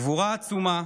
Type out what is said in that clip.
גבורה עצומה